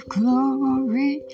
glory